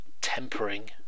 tempering